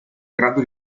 grado